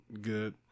good